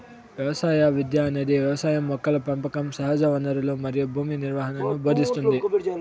వ్యవసాయ విద్య అనేది వ్యవసాయం మొక్కల పెంపకం సహజవనరులు మరియు భూమి నిర్వహణను భోదింస్తుంది